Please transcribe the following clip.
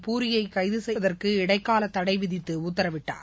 பூரியை கைது செய்வதற்கு இடைக்கால தடை விதித்தும் உத்தரவிட்டார்